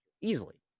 easily